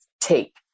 take